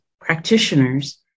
practitioners